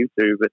youtube